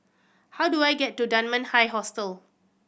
how do I get to Dunman High Hostel